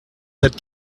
that